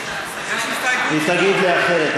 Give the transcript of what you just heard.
היא תגיד לי אחרת,